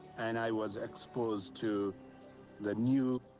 and i was exposed to the new